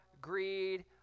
greed